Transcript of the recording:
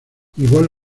igual